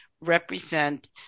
represent